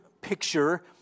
picture